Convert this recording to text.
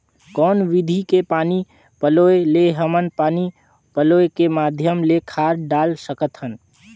कौन विधि के पानी पलोय ले हमन पानी पलोय के माध्यम ले खाद डाल सकत हन?